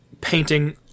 painting